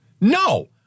No